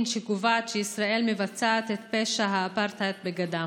שקובעת שישראל מבצעת את פשע האפרטהייד בגדה: